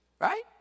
Right